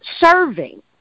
serving